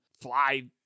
fly